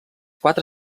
quatre